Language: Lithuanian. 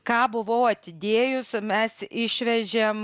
ką buvau atidėjus mes išvežėm